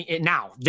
now